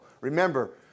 Remember